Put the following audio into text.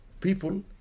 people